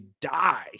die